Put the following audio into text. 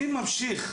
מי ממשיך?